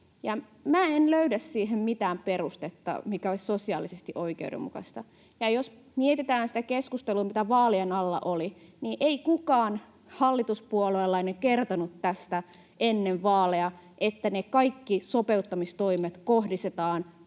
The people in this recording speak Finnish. en löydä siihen mitään perustetta, mikä olisi sosiaalisesti oikeudenmukaista. Ja jos mietitään sitä keskustelua, mitä vaalien alla oli, niin ei kukaan hallituspuoluelainen kertonut tästä ennen vaaleja, että kaikki sopeuttamistoimet kohdistetaan